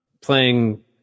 playing